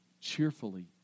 cheerfully